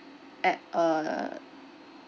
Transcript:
at a